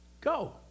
Go